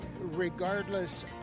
regardless